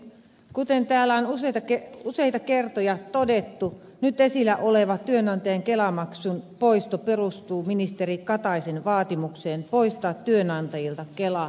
kuten täällä on useita kertoja todettu nyt esillä oleva työnantajien kelamaksun poisto perustuu ministeri kataisen vaatimukseen poistaa työnantajilta kelamaksu